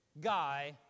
guy